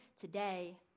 today